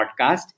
podcast